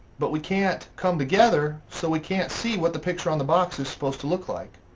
but we can't come together so we can't see what the picture on the box is supposed to look like.